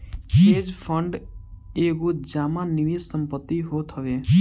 hedge fund एगो जमा निवेश संपत्ति होत हवे